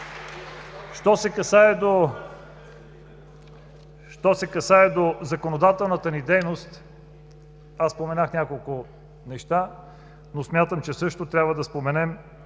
Що се отнася до законодателната ни дейност, аз споменах няколко неща, но смятам, че също трябва да споменем,